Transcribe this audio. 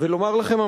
ולומר לכם,